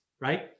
right